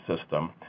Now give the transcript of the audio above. system